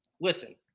Listen